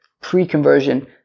pre-conversion